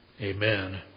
Amen